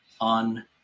on